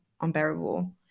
unbearable